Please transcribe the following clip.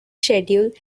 schedule